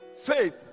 Faith